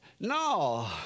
No